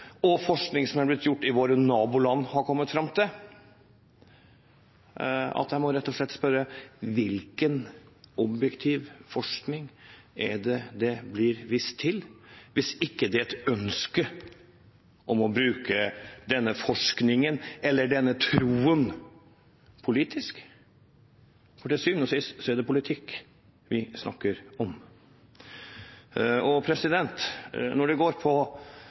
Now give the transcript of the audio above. at jeg må rett og slett spørre: Hvilken objektiv forskning er det det blir vist til, hvis det ikke er et ønske om å bruke denne forskningen – eller denne troen – politisk? For til syvende og sist er det politikk vi snakker om. Så til det etiske – det